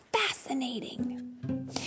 fascinating